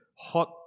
hot